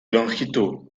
longitud